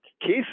Keith